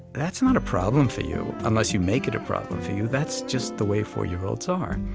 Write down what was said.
that's not a problem for you, unless you make it a problem for you. that's just the way four-year-olds are.